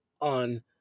on